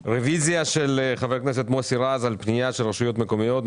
רביזיה של חבר הכנסת מוסי רז על פניות מס' 230 231: רשויות מקומיות.